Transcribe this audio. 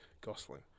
Gosling